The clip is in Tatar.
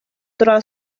тора